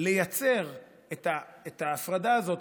לייצר את ההפרדה הזאת,